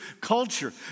culture